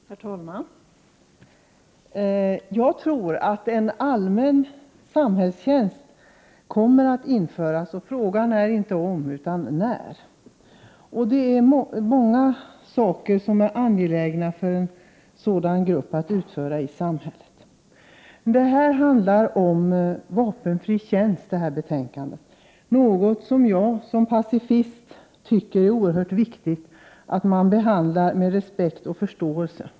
Herr talman! Jag tror att en allmän samhällstjänst kommer att införas. Frågan är inte om, utan när. Det finns många angelägna uppgifter en sådan grupp skulle kunna utföra i samhället. Det betänkande som vi nu debatterar handlar om vapenfri tjänst. Jag såsom pacifist tycker att det är oerhört viktigt att man behandlar den frågan med respekt och förståelse.